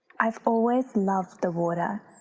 i've always loved the water.